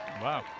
Wow